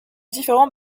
différents